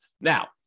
Now